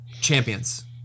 champions